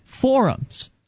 forums